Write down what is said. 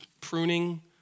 pruning